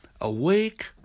awake